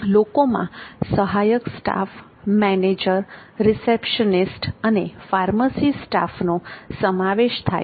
લોકોમાં સહાયક staff manager receptionist અને ફાર્મસી સ્ટાફનો સમાવેશ થાય છે